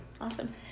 Awesome